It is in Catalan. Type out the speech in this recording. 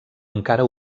encara